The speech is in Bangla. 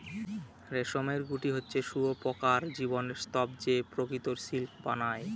রেশমের গুটি হচ্ছে শুঁয়োপকার জীবনের স্তুপ যে প্রকৃত সিল্ক বানায়